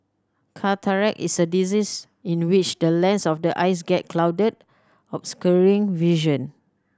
cataract is a disease in which the lens of the eyes get clouded obscuring vision